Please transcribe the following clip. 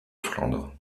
flandre